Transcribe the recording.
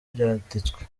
byanditswe